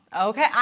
Okay